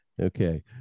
okay